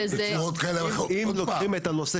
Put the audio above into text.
לא,